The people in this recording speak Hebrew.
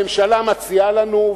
הממשלה מציעה לנו,